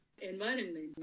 environment